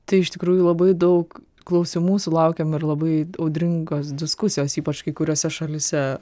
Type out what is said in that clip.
tai iš tikrųjų labai daug klausimų sulaukiam ir labai audringos diskusijos ypač kai kuriose šalyse